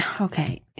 okay